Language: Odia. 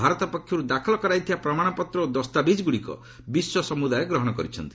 ଭାରତ ପକ୍ଷରୁ ଦାଖଲ କରାଯାଇଥିବା ପ୍ରମାଶପତ୍ର ଓ ଦସ୍ତାବିଜ୍ଗୁଡ଼ିକ ବିଶ୍ୱସମୁଦାୟ ଗ୍ରହଣ କରିଛି